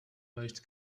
most